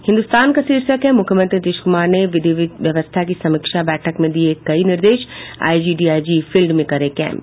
हिन्दुस्तान का शीर्षक है मुख्यमंत्री नीतीश कुमार ने विधि व्यवस्था की समीक्षा बैठक में दिय कई निर्देश आईजी डीआईजी फील्ड में करें कैंप